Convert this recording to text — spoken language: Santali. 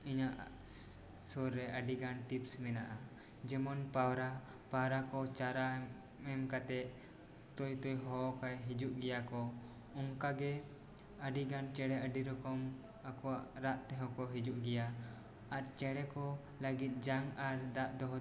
ᱤᱧᱟᱹᱜ ᱥᱩᱨ ᱨᱮ ᱟᱹᱰᱤ ᱜᱟᱱ ᱴᱤᱯᱥ ᱢᱮᱱᱟᱜᱼᱟ ᱡᱮᱢᱚᱱ ᱯᱟᱣᱨᱟ ᱯᱟᱣᱨᱟ ᱠᱚ ᱪᱟᱨᱟ ᱮᱢ ᱠᱟᱛᱮ ᱛᱚᱭ ᱛᱚᱭ ᱦᱚᱦᱚᱭ ᱠᱷᱟᱭ ᱦᱤᱡᱩᱜ ᱜᱤᱭᱟ ᱠᱚ ᱚᱱᱠᱟ ᱜᱮ ᱟᱹᱰᱤ ᱜᱟᱱ ᱪᱮᱬᱮ ᱟᱹᱰᱤ ᱨᱚᱠᱚᱢ ᱟᱠᱚᱣᱟᱜ ᱨᱟᱜ ᱛᱮᱦᱚᱸ ᱠᱚ ᱦᱤᱡᱩᱜ ᱜᱮᱭᱟ ᱟᱨ ᱪᱮᱬᱮ ᱠᱚ ᱞᱟᱹᱜᱤᱫ ᱡᱟᱝ ᱟᱨ ᱫᱟᱜ ᱫᱚᱦᱚ ᱫᱚ